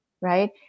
right